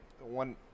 one